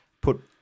put